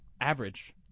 average